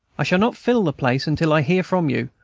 i shall not fill the place until i hear from you,